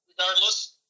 regardless